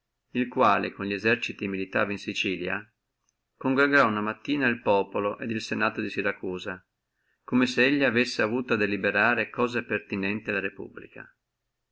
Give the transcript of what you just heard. il quale con li eserciti militava in sicilia raunò una mattina el populo et il senato di siracusa come se elli avessi avuto a deliberare cose pertinenti alla repubblica